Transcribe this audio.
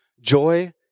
joy